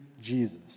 Jesus